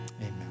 amen